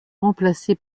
remplacée